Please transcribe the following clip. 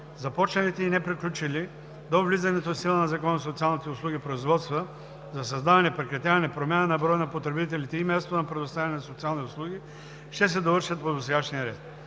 Започналите и неприключилите до влизането в сила на Закона за социалните услуги производства за създаване, прекратяване, промяна на броя на потребителите и мястото на предоставяне на социални услуги ще се довършат по досегашния ред.